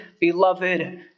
beloved